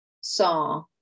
saw